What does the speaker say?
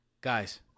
guys